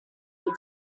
were